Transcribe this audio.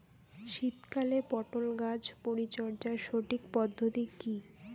শীতকালে পটল গাছ পরিচর্যার সঠিক পদ্ধতি কী?